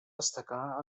destacar